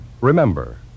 Remember